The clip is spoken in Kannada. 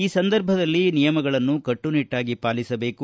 ಈ ಸಂದರ್ಭದಲ್ಲಿ ನಿಯಮಗಳನ್ನು ಕಟ್ಸುನಿಟ್ಟಾಗಿ ಪಾಲಿಸಬೇಕು